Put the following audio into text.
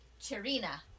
Cherina